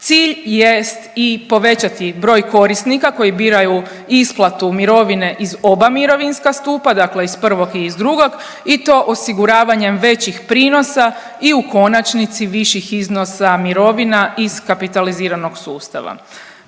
Cilj jest i povećati broj korisnika koji biraju isplatu mirovine iz oba mirovinskog stupa, dakle iz prvog i iz drugog i to osiguravanjem većih prinosa i u konačnici viših iznosa mirovina iz kapitaliziranog sustava.